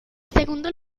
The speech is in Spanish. segundo